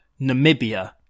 Namibia